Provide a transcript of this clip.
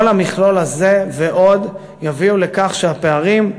כל המכלול הזה, ועוד, יביא לכך שהפערים,